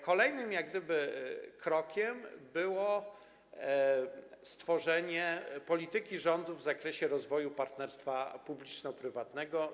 Kolejnym krokiem było stworzenie „Polityki rządu w zakresie rozwoju partnerstwa publiczno-prywatnego”